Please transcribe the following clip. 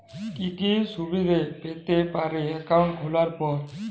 কি কি সুবিধে পেতে পারি একাউন্ট খোলার পর?